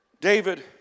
David